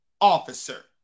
officer